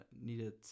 needed